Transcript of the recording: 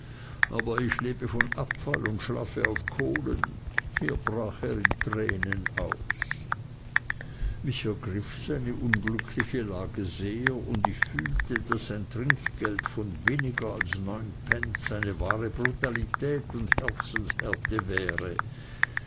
aber ich lebe von abfall und schlafe auf kohlen hier brach er in tränen aus mich ergriff seine unglückliche lage sehr und ich fühlte daß ein trinkgeld von weniger als neun pence eine wahre brutalität und herzenshärte wäre